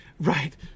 Right